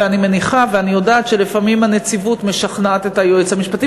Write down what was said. אני מניחה ואני יודעת שלפעמים הנציבות משכנעת את היועץ המשפטי,